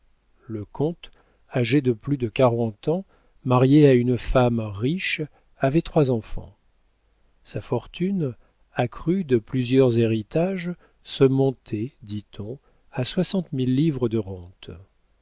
le comte âgé de plus de quarante ans marié à une femme riche avait trois enfants sa fortune accrue de plusieurs héritages se montait dit-on à soixante mille livres de rentes